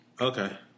Okay